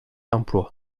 emploi